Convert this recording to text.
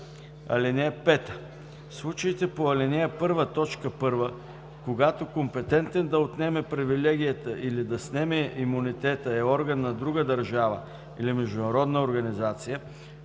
(5) В случаите по ал. 1, т. 1, когато компетентен да отнеме привилегията или да снеме имунитета е орган на друга държава или международна организация,